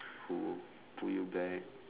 who pull you back